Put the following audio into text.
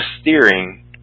steering